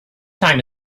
time